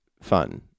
fun